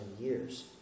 years